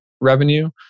revenue